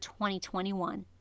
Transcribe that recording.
2021